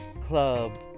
club